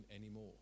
anymore